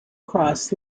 cross